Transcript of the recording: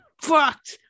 fucked